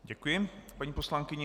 Děkuji paní poslankyni.